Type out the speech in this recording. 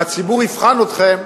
והציבור יבחן אתכם,